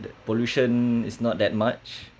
the pollution is not that much